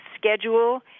schedule